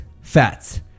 fats